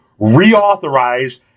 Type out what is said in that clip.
reauthorize